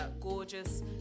gorgeous